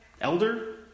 elder